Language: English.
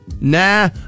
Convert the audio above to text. Nah